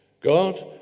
God